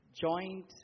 Joint